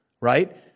right